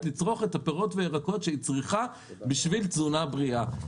לצרוך את הפירות והירקות שהיא צריכה בשביל תזונה בריאה.